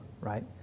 right